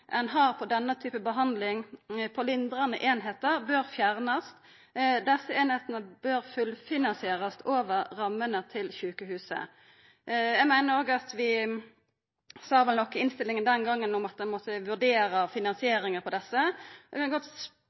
har på denne typen behandling på lindrande einingar, bør fjernast. Desse einingane bør fullfinansierast over rammene til sjukehusa. Eg meiner òg, vi sa det vel i innstillinga den gongen, at vi må vurdera finansieringa av desse.